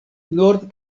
nord